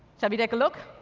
shall we take a look?